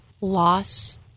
loss